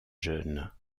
jeune